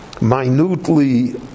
minutely